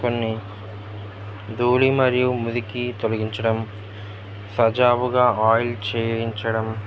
కొన్ని ధూళి మరియు మురికి తొలగించడం సజావుగా ఆయిల్ చేయించడం